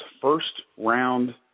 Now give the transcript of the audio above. first-round